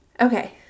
Okay